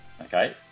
Okay